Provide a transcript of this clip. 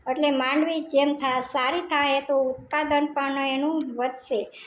અટલે માંડવી જેમ થા સારી થાય તો ઉત્પાદન પણ એનું વધશે